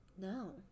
no